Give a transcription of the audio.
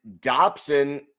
Dobson